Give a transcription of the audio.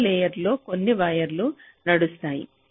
దిగువ లేయర్ లో కొన్ని వైర్లు నడుస్తాయి